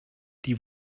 die